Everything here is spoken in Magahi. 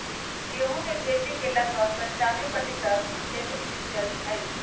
गेहूं के खेती के लगभग पंचानवे प्रतिशत क्षेत्र सींचल हई